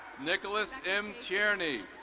nicholas m tierney.